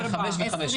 שיהיה חמישה וחמישה,